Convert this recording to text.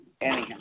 Anyhow